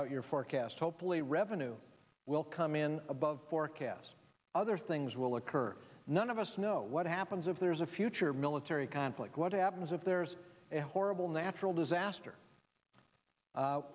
out your forecast hopefully revenue will come in above forecasts other things will occur none of us know what happens if there's a future military conflict what happens if there's a horrible natural disaster